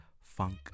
funk